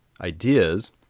ideas